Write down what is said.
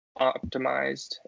optimized